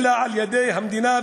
אלא על-ידי המדינה,